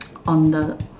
on the